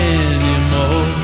anymore